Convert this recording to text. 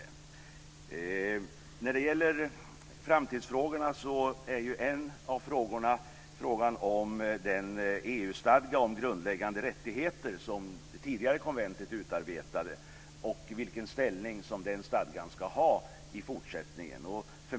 En av framtidsfrågorna är frågan om den EU stadga om grundläggande rättigheter som det tidigare konventet utarbetade och vilken ställning den stadgan ska ha i fortsättningen.